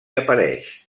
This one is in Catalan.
apareix